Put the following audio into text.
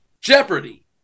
Jeopardy